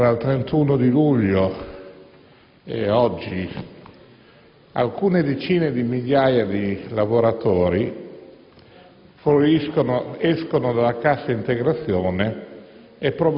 tra il 31 luglio ed oggi, alcune decine di migliaia di lavoratori escono dalla cassa integrazione